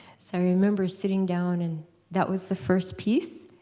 so i remember sitting down, and that was the first piece.